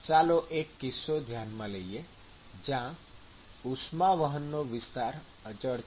ચાલો એક કિસ્સો ધ્યાનમાં લઈએ જ્યાં ઉષ્મા વહનનો વિસ્તાર અચળ છે